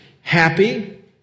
happy